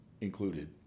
included